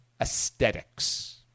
aesthetics